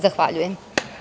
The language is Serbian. Zahvaljujem.